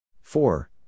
Four